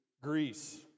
Greece